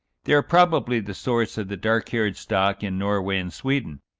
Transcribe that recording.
they are probably the source of the dark-haired stock in norway and sweden.